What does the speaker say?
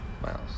miles